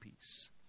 peace